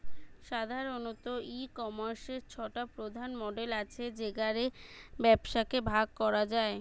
সাধারণত, ই কমার্সের ছটা প্রধান মডেল আছে যেগা রে ব্যবসাকে ভাগ করা যায়